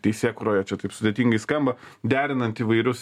teisėkūroje čia taip sudėtingai skamba derinant įvairius